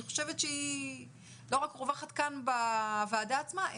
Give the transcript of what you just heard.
שאני חושבת שהיא לא רק רווחת כאן בוועדה עצמה,